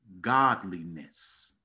godliness